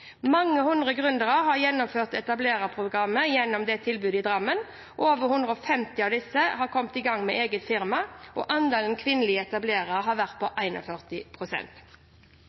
Mange hundre gründere har gjennomført etablererprogram gjennom tilbudet i Drammen, og over 150 av disse har kommet i gang med eget firma. Andelen kvinnelige etablerere har vært på